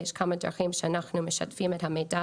יש מספר דרכים שאנחנו משווקים את המידע